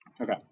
Okay